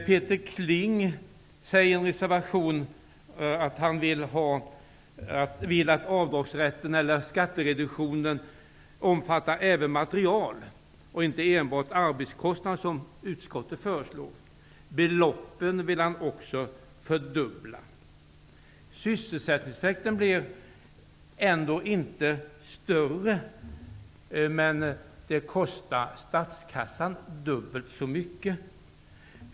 Peter Kling skriver i en reservation att han vill att avdragsrätten eller skattereduktionen omfattar även material och inte enbart arbetskostnad, som utskottet föreslår. Han vill också fördubbla beloppen. Sysselsättningseffekten blir inte större, men det kostar statskassan dubbelt så mycket.